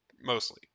Mostly